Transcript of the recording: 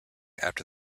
after